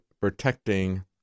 protecting